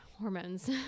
hormones